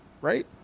Right